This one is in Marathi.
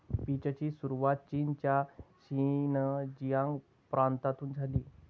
पीचची सुरुवात चीनच्या शिनजियांग प्रांतातून झाली